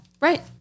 Right